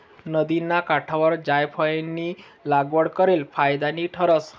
नदिना काठवर जायफयनी लागवड करेल फायदानी ठरस